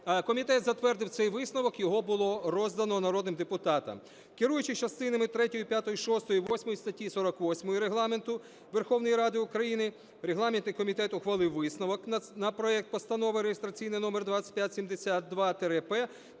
Комітет затвердив цей висновок, його було роздано народним депутатам. Керуючись частинами третьою, п'ятою, шостою, восьмою статті 48 Регламенту Верховної Ради України регламентний комітет ухвалив висновок на проект постанови (реєстраційний номер 2572-П),